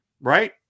right